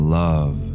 love